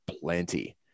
plenty